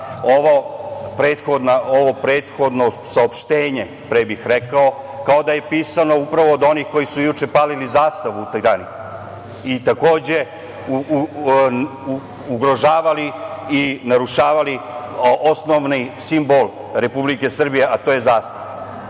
prethodno saopštenje, pre bih rekao, kao da je pisano upravo od onih koji su juče palili zastavu u Tirani i takođe ugrožavali i narušavali osnovni simbol Republike Srbije, a to je zastava,